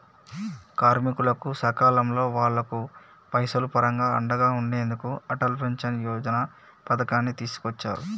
కార్మికులకు సకాలంలో వాళ్లకు పైసలు పరంగా అండగా ఉండెందుకు అటల్ పెన్షన్ యోజన పథకాన్ని తీసుకొచ్చారు